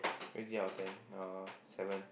rate me out ten uh seven